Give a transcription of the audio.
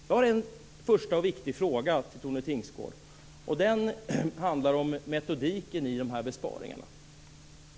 Jag har en första och viktig fråga till Tone Tingsgård, och den handlar om metodiken i de här besparingarna.